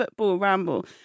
footballramble